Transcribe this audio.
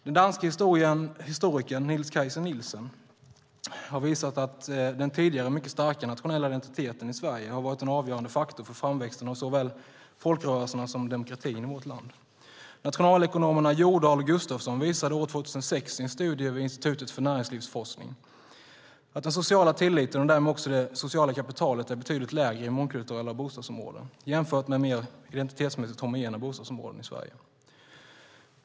Den danske historikern Niels Kayser Nielsen har visat att den tidigare mycket starka nationella identiteten i Sverige har varit en avgörande faktor för framväxten av såväl folkrörelserna som demokratin i vårt land. Nationalekonomerna Jordahl och Gustavsson visade 2006 i en studie vid Institutet för näringslivsforskning att den sociala tilliten och därmed det sociala kapitalet är betydligt lägre i mångkulturella bostadsområden jämfört med mer identitetsmässigt homogena bostadsområden i Sverige.